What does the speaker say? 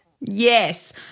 Yes